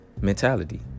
mentality